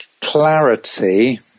clarity